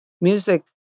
music